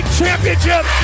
championship